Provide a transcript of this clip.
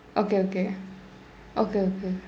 okay okay okay okay